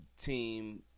Team